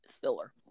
Filler